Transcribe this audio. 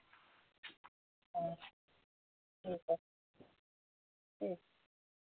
ते